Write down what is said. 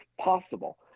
possible